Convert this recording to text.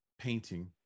painting